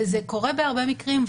וזה קורה בהרבה מקרים,